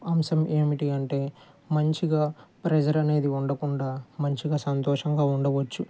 అంశం ఏమిటి అంటే మంచిగా ప్రెజర్ అనేది ఉండకుండా మంచిగా సంతోషంగా ఉండవచ్చు